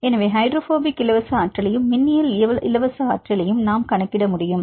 எனவே ஹைட்ரோபோபிக் இலவச ஆற்றலையும் மின்னியல் இலவச ஆற்றலையும் நாம் கணக்கிட முடியும்